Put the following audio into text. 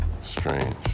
Strange